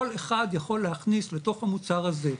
כל אחד יכול להכניס לתוך המוצר הזה,